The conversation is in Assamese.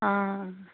অঁ